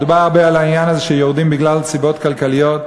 מדובר הרבה על העניין הזה שיורדים בגלל סיבות כלכליות.